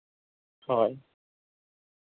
ᱦᱳᱭ